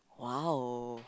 !wow!